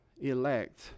elect